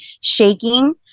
shaking